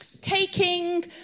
taking